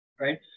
right